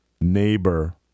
neighbor